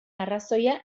arrazoia